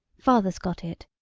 father's got it.